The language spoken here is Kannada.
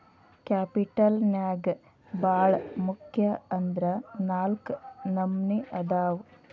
ಕ್ಯಾಪಿಟಲ್ ನ್ಯಾಗ್ ಭಾಳ್ ಮುಖ್ಯ ಅಂದ್ರ ನಾಲ್ಕ್ ನಮ್ನಿ ಅದಾವ್